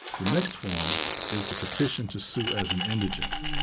the next form is the petition to sue as an indigent.